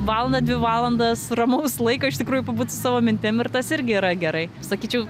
valandą dvi valandas ramaus laiko iš tikrųjų pabūt su savo mintim ir tas irgi yra gerai sakyčiau